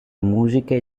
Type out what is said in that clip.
musiche